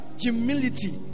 humility